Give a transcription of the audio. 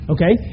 Okay